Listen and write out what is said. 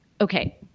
Okay